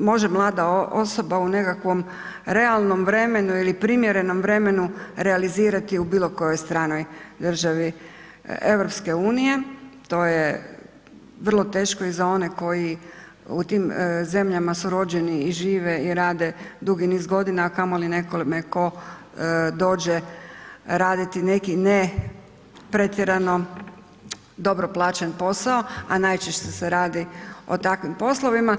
može mlada osoba u nekakvom realnom vremenu ili primjerenom vremenu realizirati u bilo kojoj stranoj državi EU, to je vrlo teško i za one koji u tim zemljama su rođeni i žive i rade dugi niz godina, a kamoli nekome tko dođe raditi neki ne pretjerano dobro plaćeni posao, a najčešće se radi o takvim poslovima.